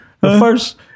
first